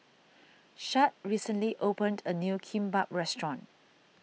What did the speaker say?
Shad recently opened a new Kimbap restaurant